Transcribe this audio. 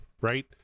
right